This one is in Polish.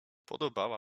podobała